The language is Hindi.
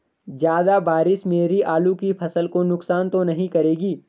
ज़्यादा बारिश मेरी आलू की फसल को नुकसान तो नहीं करेगी?